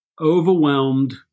Overwhelmed